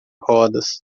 rodas